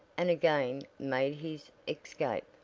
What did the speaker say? and again made his escape.